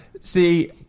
See